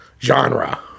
genre